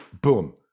boom